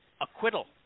acquittal